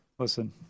Listen